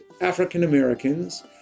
African-Americans